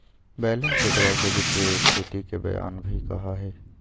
balance शीटवा के वित्तीय स्तिथि के बयान भी कहा हई